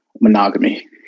monogamy